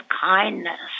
kindness